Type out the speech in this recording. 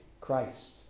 Christ